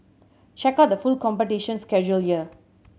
check out the full competition schedule here